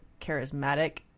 charismatic